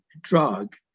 drug